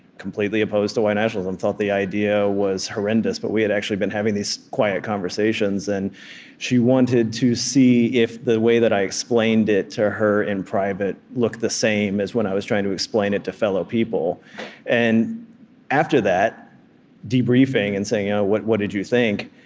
completely opposed to white nationalism, thought the idea was horrendous, but we had actually been having these quiet conversations, and she wanted to see if the way that i explained it to her in private looked the same as when i was trying to explain it to fellow people and after that debriefing and saying, ah what what did you think?